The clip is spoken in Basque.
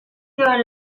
zioen